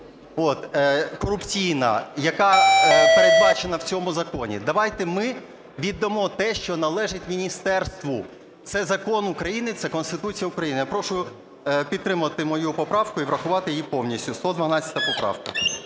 корупційна, яка передбачена в цьому законі. Давайте ми віддамо те, що належить міністерству. Це Закон України, це Конституція України. Я прошу підтримати мою поправку і врахувати її повністю, 112 поправка.